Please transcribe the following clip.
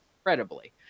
incredibly